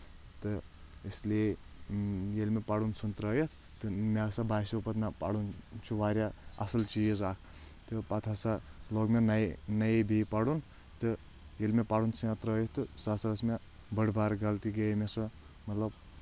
تہٕ اس لیے ییٚلہِ مےٚ پرُن ژھوٚن ترٲیتھ تہٕ مےٚ ہسا باسیٚو پتہٕ نہ پرُن چھُ واریاہ اَصٕل چیٖز اکھ تہٕ پتہٕ ہسا لوگ مےٚ نے نیے بیٚیہِ پرُن تہٕ ییٚلہِ مےٚ پرُن ژھٕنیٚو ترٛٲیِتھ تہٕ سۄ ٲس مےٚ بٔڑ بارٕ غلطی گیے مےٚ سۄ مطلب